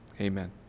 Amen